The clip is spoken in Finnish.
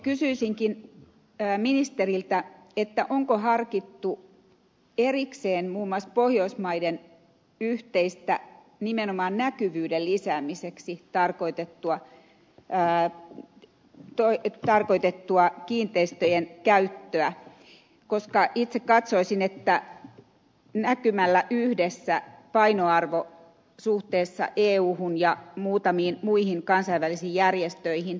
kysyisinkin ministeriltä että onko harkittu erikseen muun muassa pohjoismaiden yhteistä nimenomaan näkyvyyden lisäämiseksi tarkoitettua kiinteistöjen käyttöä koska itse katsoisin että näkymällä yhdessä painoarvo suhteessa euhun ja muutamiin muihin kansainvälisiin järjestöihin korostuisi